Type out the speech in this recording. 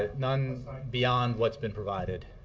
ah none beyond what's been provided.